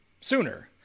sooner